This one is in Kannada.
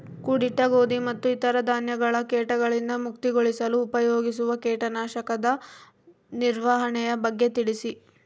ಕೂಡಿಟ್ಟ ಗೋಧಿ ಮತ್ತು ಇತರ ಧಾನ್ಯಗಳ ಕೇಟಗಳಿಂದ ಮುಕ್ತಿಗೊಳಿಸಲು ಉಪಯೋಗಿಸುವ ಕೇಟನಾಶಕದ ನಿರ್ವಹಣೆಯ ಬಗ್ಗೆ ತಿಳಿಸಿ?